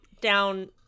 down